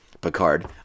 Picard